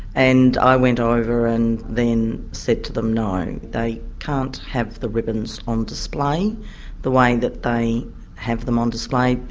and i went over and then said to them no, they can't have the ribbons on display the way that they have them on display,